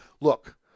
Look